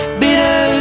bitter